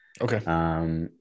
Okay